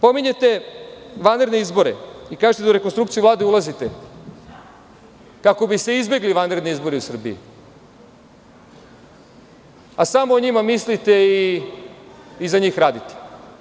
Pominjete vanredne izbore i kažete da u rekonstrukciju Vlade ulazite kako bi se izbegli vanredni izbori u Srbiji, a samo o njima mislite i za njih radite.